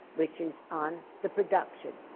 which is on the production,